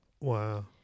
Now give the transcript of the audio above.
Wow